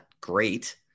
great